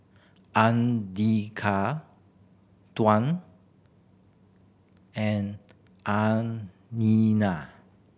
Andika Tuah and